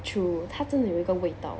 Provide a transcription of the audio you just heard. true 他真的有一个味道